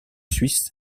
suisse